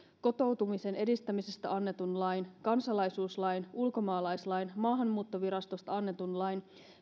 kotoutumisen edistämisestä annetun lain kansalaisuuslain ulkomaalaislain maahanmuuttovirastosta annetun lain